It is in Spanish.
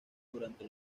durante